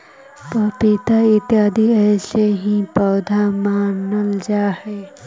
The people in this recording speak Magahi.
पपीता इत्यादि ऐसे ही पौधे मानल जा हई